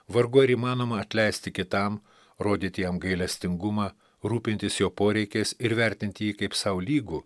vargu ar įmanoma atleisti kitam rodyti jam gailestingumą rūpintis jo poreikiais ir vertinti jį kaip sau lygų